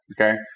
Okay